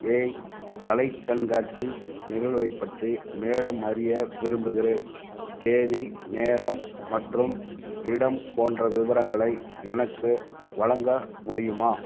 ஏய் கலைக் கண்காட்சி நிகழ்வைப் பற்றி மேலும் அறிய விரும்புகிறேன் தேதி நேரம் மற்றும் இடம் போன்ற விவரங்களை எனக்கு வழங்க முடியுமா